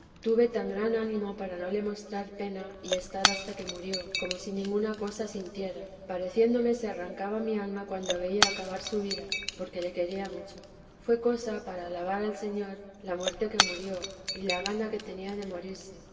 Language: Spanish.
tuve tan gran ánimo para no le mostrar pena y estar hasta que murió como si ninguna cosa sintiera pareciéndome se arrancaba mi alma cuando veía acabar su vida porque le quería mucho fué cosa para alabar al señor la muerte que murió y ana que tenía de morirse